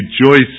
rejoice